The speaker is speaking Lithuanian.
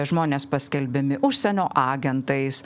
žmonės paskelbiami užsienio agentais